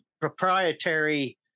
proprietary